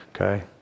Okay